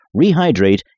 rehydrate